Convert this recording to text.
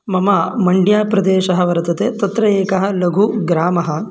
मम मण्ड्या प्रदेशः वर्तते तत्र एकः लघुः ग्रामः